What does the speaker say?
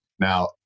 Now